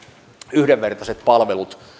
yhdenvertaiset palvelut